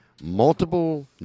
multiple